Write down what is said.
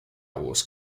was